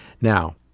Now